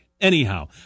Anyhow